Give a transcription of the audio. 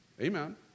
Amen